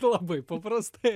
labai paprastai